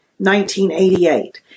1988